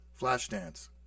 Flashdance